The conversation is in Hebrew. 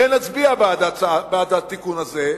לכן אצביע בעד התיקון הזה,